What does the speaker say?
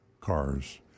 cars